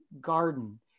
garden